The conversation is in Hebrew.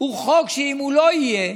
הוא חוק שאם הוא לא יהיה,